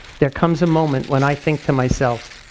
there comes a moment when i think to myself,